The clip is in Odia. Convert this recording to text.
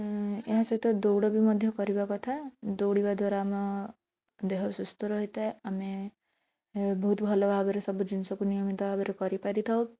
ଏହା ସହିତ ଦୌଡ଼ ବି ମଧ୍ୟ କରିବା କଥା ଦୌଡ଼ିବା ଦ୍ବାରା ଆମ ଦେହ ସୁସ୍ଥ ରହିଥାଏ ଆମେ ବହୁତ ଭଲ ଭାବରେ ସବୁ ଜିନିଷକୁ ନିୟମିତ ଭାବରେ କରିପାରିଥାଉ